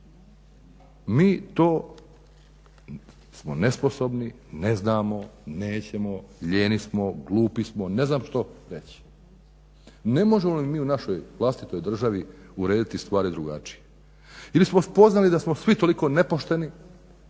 Mi to smo nesposobni, ne znamo, nećemo, lijeni smo, glupi smo, ne znam što reć. Ne možemo li mi u našoj vlastitoj državi urediti stvari drugačije? Ili smo spoznali da smo svi toliko nepošteni